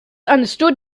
understood